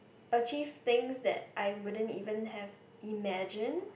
achieve things that I wouldn't even have imagine